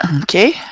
Okay